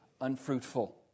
Unfruitful